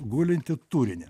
gulintį turinį